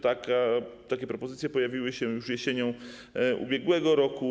Takie propozycje pojawiły się już jesienią ubiegłego roku.